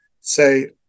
say